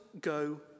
go